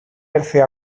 έρθει